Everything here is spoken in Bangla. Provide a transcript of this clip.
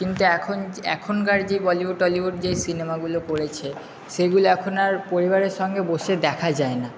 কিন্তু এখন এখনকার যে বলিউড টলিউড যে সিনেমাগুলো করেছে সেগুলো এখন আর পরিবারের সঙ্গে বসে দেখা যায় না